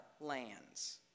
lands